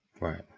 Right